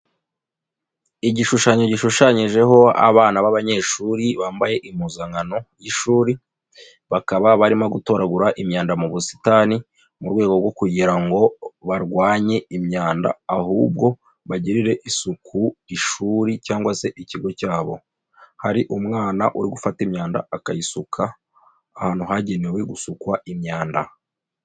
Igishushanyo gishushanyijeho abana b'abanyeshuri bambaye impuzankano y'ishuri, bakaba barimo gutoragura imyanda mu busitani mu rwego rwo kugira ngo barwanye imyanda ahubwo bagirire isuku ishuri cyangwa se ikigo cyabo, hari umwana uri gufata imyanda akayisuka ahantu hagenewe gusukwa imyanda.